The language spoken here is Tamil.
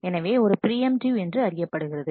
எனவே அது பிரியம்டிவ் என்று அறியப்படுகிறது